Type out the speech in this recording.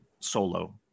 solo